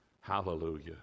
hallelujah